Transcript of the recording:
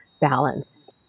balance